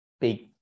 big